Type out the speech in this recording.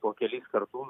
po kelis kartu